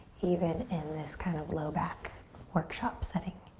even in this kind of low back workshop setting.